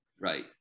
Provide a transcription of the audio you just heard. right